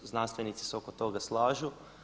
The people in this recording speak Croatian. Znanstvenici se oko toga slažu.